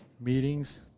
meetings